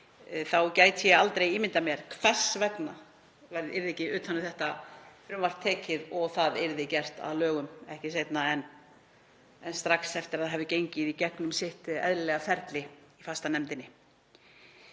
þá gæti ég aldrei ímyndað mér hvers vegna ekki yrði utan um þetta frumvarp tekið og það gert að lögum ekki seinna en strax eftir að hafa gengið í gegnum sitt eðlilega ferli í fastanefndinni.